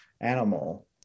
animal